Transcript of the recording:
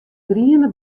griene